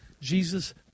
Jesus